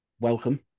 Welcome